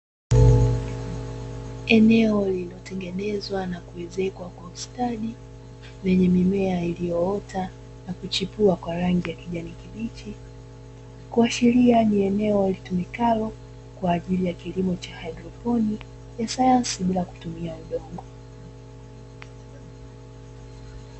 Eneo lililotengenezwa na kuezekwa kwa ustadi lenye mimea iliyoota na kuchipua kwa rangi ya kijani kibichi, kuashiria ni eneo litumikalo kwa ajili ya kilimo cha haidroponi ya sayansi bila kutumia udongo.